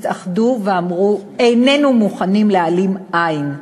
התאחדו ואמרו: איננו מוכנים להעלים עין,